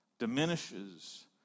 diminishes